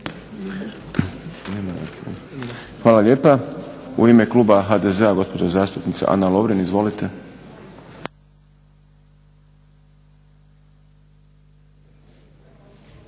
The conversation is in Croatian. Hvala lijepa. U ime kluba HDZ-a gospođa zastupnica Ana Lovrin. Izvolite.